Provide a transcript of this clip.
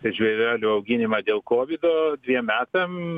žvėrelių auginimą dėl kovido dviem metam